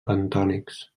bentònics